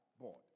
board